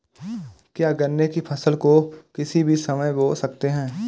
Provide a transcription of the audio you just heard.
क्या गन्ने की फसल को किसी भी समय बो सकते हैं?